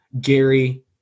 Gary